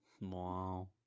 Wow